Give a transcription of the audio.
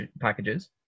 packages